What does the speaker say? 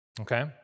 Okay